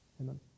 Amen